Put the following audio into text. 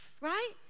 right